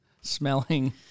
smelling